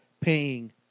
paying